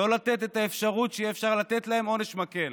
לא לתת את האפשרות שיהיה אפשר לתת להם עונש מקל.